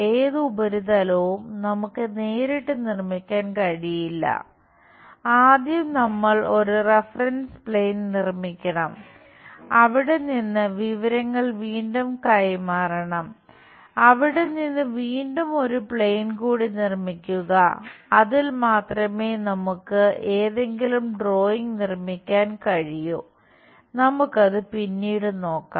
reference പ്ലെയിനിനു കൂടി നിർമ്മിക്കുക അതിൽ മാത്രമേ നമുക്ക് ഏതെങ്കിലും ഡ്രോയിംഗ് നിർമ്മിക്കാൻ കഴിയൂ നമുക്കത് പിന്നീട് നോക്കാം